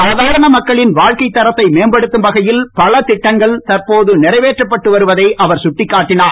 சாதாரண மக்களின் வாழ்க்கை தரத்தை மேம்படுத்தும் வகையில் பல திட்டங்கள் தற்போது நிறைவேற்றப்பட்டு வருவதை அவர் சுட்டிக்காட்டினார்